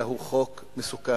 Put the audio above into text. אלא הוא חוק מסוכן.